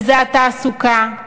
זאת התעסוקה,